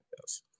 yes